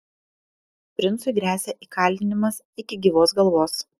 princui gresia įkalinimas iki gyvos galvos